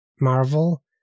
Marvel